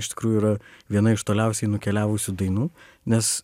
iš tikrųjų yra viena iš toliausiai nukeliavusių dainų nes